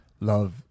Love